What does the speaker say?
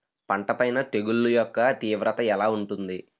పంట పైన తెగుళ్లు యెక్క తీవ్రత ఎలా ఉంటుంది